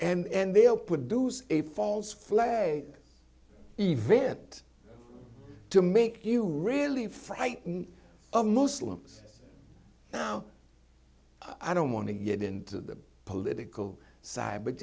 and they'll produce a false flag event to make you really frightened of muslims now i don't want to get into the political side but